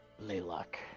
Laylock